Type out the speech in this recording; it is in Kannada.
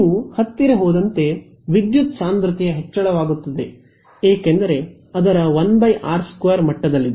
ನೀವುಹತ್ತಿರ ಹೋದಂತೆ ವಿದ್ಯುತ್ ಸಾಂದ್ರತೆಯ ಹೆಚ್ಚಳವಾಗುತ್ತದೆ ಏಕೆಂದರೆ ಅದರ 1 ಆರ್೨ ಮಟ್ಟದಲ್ಲಿದೆ